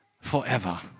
forever